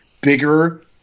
bigger